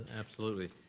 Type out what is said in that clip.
and absolutely.